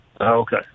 Okay